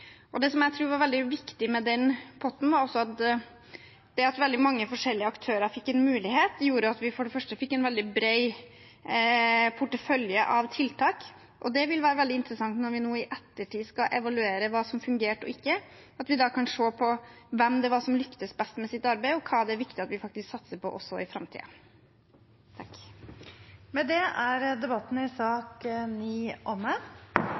Det jeg tror var veldig viktig med den potten, var at veldig mange forskjellige aktører fikk muligheten, og det gjorde at vi fikk en veldig bred portefølje av tiltak. Det vil være veldig interessant når vi nå i ettertid skal evaluere hva som fungerte og ikke – at vi da kan se på hvem som lyktes best med sitt arbeid, og hva det er viktig at vi faktisk satser på også i framtiden. Med det er debatten i sak nr. 9 omme.